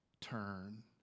turn